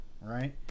right